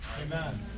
Amen